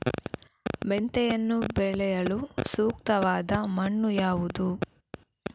ಮೆಂತೆಯನ್ನು ಬೆಳೆಯಲು ಸೂಕ್ತವಾದ ಮಣ್ಣು ಯಾವುದು?